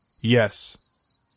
Yes